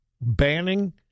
Banning